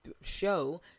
show